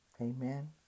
Amen